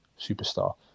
superstar